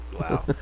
Wow